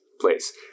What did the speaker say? place